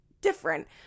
different